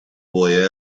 boy